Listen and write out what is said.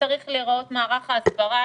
צריך להיראות מערך ההסברה.